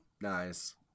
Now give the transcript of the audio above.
Nice